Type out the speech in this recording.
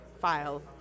file